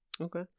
okay